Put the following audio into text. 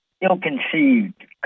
ill-conceived